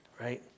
right